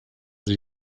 sie